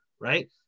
right